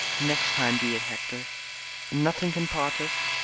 next time be it, hector. and nothing can part us?